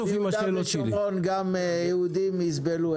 הסביבה ביהודה ושומרון, גם יהודים יסבלו.